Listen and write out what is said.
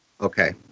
Okay